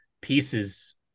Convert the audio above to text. pieces